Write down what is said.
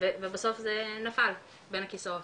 ובסוף זה נפל בין הכיסאות,